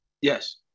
Yes